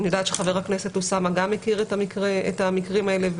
אני יודעת שחבר הכנסת אוסאמה גם מכיר את המקרים האלה,